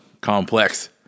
complex